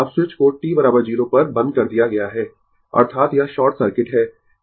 अब स्विच को t 0 पर बंद कर दिया गया है अर्थात यह शॉर्ट सर्किट है